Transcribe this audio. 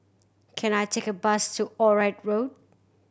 can I take a bus to Onraet Road